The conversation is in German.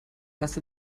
erst